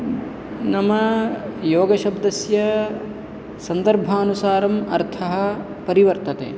नाम योगशब्दस्य सन्दर्भानुसारम् अर्थः परिवर्तते